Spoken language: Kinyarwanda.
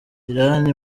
irani